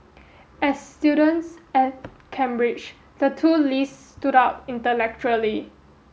as students at Cambridge the two lees stood out intellectually